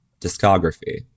discography